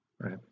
right